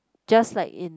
just like in